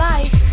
Life